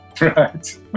Right